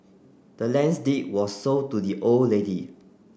the land's deed was sold to the old lady